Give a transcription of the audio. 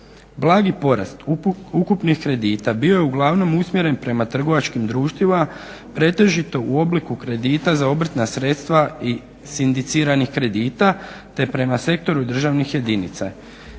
Blagi porast ukupnih kredita bio je uglavnom usmjeren prema trgovačkim društvima pretežito u obliku kredita za obrtna sredstva i sindiciranih kredita, te prema sektoru državnih jedinica.